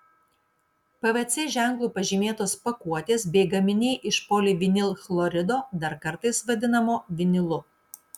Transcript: pvc ženklu pažymėtos pakuotės bei gaminiai iš polivinilchlorido dar kartais vadinamo vinilu